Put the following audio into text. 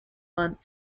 month